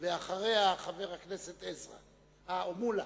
ואחריה, חבר הכנסת מולה.